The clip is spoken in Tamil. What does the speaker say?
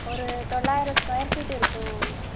ஒரு தொள்ளாயிரம் ஸ்கொயர் ஃபீட் இருக்குதுங்க சார்